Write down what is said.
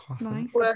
Nice